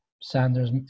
Sanders